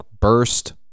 burst